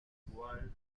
cual